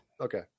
Okay